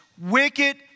wicked